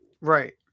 right